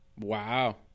Wow